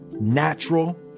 Natural